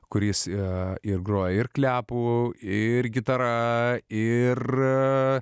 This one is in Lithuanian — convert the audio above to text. kuris yra ir groja ir klepo ir gitara ir